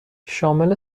شامل